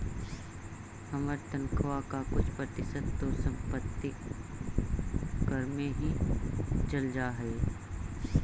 हमर तनख्वा का कुछ प्रतिशत तो संपत्ति कर में ही चल जा हई